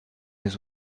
his